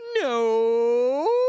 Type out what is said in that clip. No